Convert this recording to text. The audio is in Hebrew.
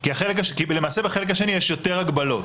כי, למעשה, בחלק השני יש יותר הגבלות.